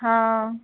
हँ